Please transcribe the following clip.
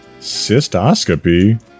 Cystoscopy